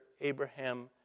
Abraham